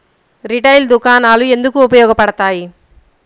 Retail దుకాణాలు ఎందుకు ఉపయోగ పడతాయి?